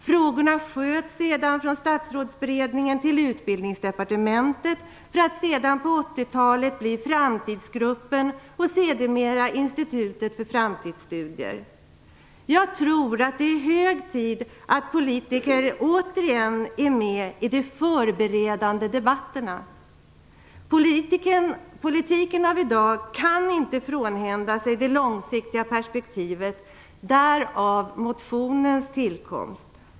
Frågorna sköts sedan från Statsrådsberedningen till dåvarande Utbildningsdepartementet för att sedan på 80-talet bli Framtidsgruppen och sedermera Institutet för framtidsstudier. Jag tror att det är hög tid att politiker återigen är med i de förberedande debatterna. Politikerna av i dag kan inte frånhända sig det långsiktiga perspektivet - därav motionens tillkomst.